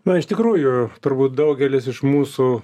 na iš tikrųjų turbūt daugelis iš mūsų